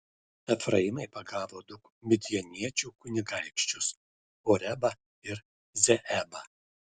efraimai pagavo du midjaniečių kunigaikščius orebą ir zeebą